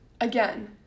Again